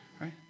Right